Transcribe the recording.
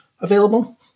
available